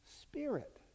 Spirit